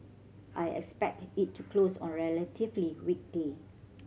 I expect it to close on relatively weak day